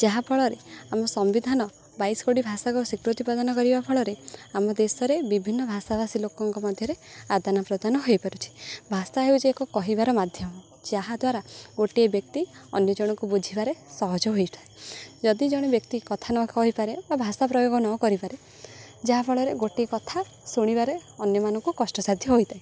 ଯାହାଫଳରେ ଆମ ସମ୍ବିଧାନ ବାଇଶ ଗୋଟି ଭାଷାକୁ ସ୍ୱୀକୃତି ପ୍ରଦାନ କରିବା ଫଳରେ ଆମ ଦେଶରେ ବିଭିନ୍ନ ଭାଷାଭାଷୀ ଲୋକଙ୍କ ମଧ୍ୟରେ ଆଦାନ ପ୍ରଦାନ ହୋଇପାରୁଛି ଭାଷା ହେଉଛି ଏକ କହିବାର ମାଧ୍ୟମ ଯାହାଦ୍ୱାରା ଗୋଟିଏ ବ୍ୟକ୍ତି ଅନ୍ୟ ଜଣଙ୍କୁ ବୁଝିବାରେ ସହଜ ହୋଇଥାଏ ଯଦି ଜଣେ ବ୍ୟକ୍ତି କଥା ନ କହିପାରେ ବା ଭାଷା ପ୍ରୟୋଗ ନ କରିପାରେ ଯାହାଫଳରେ ଗୋଟିଏ କଥା ଶୁଣିବାରେ ଅନ୍ୟମାନଙ୍କୁ କଷ୍ଟସାଧ୍ୟ ହୋଇଥାଏ